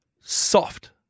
soft